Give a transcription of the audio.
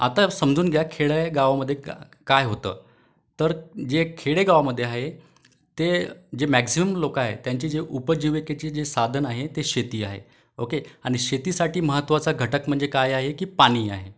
आता समजून घ्या खेडं आहे गावामध्ये काय होतं तर जे खेडेगावामध्ये आहे ते जे मॅक्झिमम लोकं आहे त्यांची जे उपजीविकेचे जे साधन आहे ते शेती आहे ओके आणि शेतीसाठी महत्वाचा घटक म्हणजे काय आहे की पाणी आहे